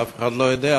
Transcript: ואף אחד לא יודע,